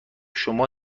شما